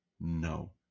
no